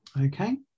Okay